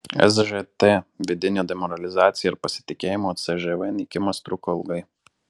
sžt vidinė demoralizacija ir pasitikėjimo cžv nykimas truko ilgai